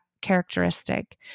characteristic